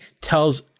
tells